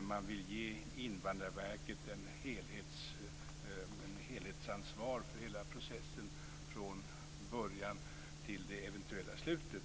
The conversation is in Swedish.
Man vill ge Invandrarverket ett helhetsansvar för hela processen från början till det eventuella slutet.